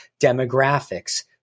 demographics